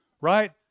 right